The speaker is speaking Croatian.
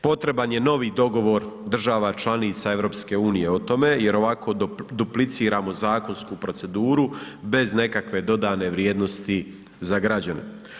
Potreban je novi dogovor država članica EU-a o tome jer ovako dupliciramo zakonsku proceduru bez nekakve dodane vrijednosti za građane.